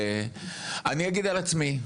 אגיד על עצמי.